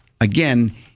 again